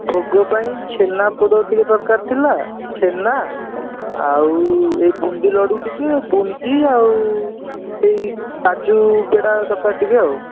ଭୋଗ ପାଇଁ ଛେନାପୋଡ଼ ଟିକେ ଦରକାର ଥିଲା ଛେନା ଆଉ ଏଇ ବୁନ୍ଦି ଲଡ଼ୁ ଟିକେ ବୁନ୍ଦି ଆଉ ଏଇ କାଜୁ ପେଡ଼ା ଦରକାର ଟିକେ ଆଉ